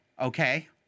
okay